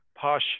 posh